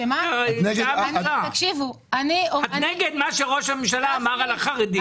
את נגד מה שראש הממשלה אמר על החרדים?